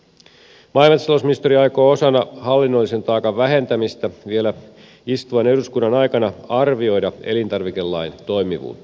maa ja metsätalousministeriö aikoo osana hallinnollisen taakan vähentämistä vielä istuvan eduskunnan aikana arvioida elintarvikelain toimivuutta